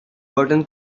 button